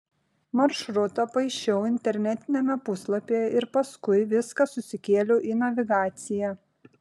maršrutą paišiau internetiniame puslapyje ir paskui viską susikėliau į navigaciją